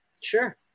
sure